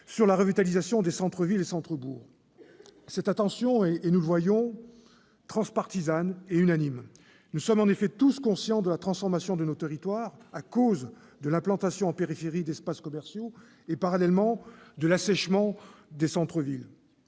sur la revitalisation des centres-villes et centres-bourgs. Cette attention est, nous le voyons, transpartisane et unanime. Nous sommes en effet tous conscients de la transformation de nos territoires à cause de l'implantation en périphérie d'espaces commerciaux et parallèlement de l'assèchement des centres-villes.